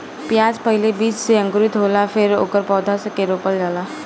प्याज पहिले बीज से अंकुरित होला फेर ओकरा पौधा के रोपल जाला